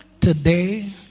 today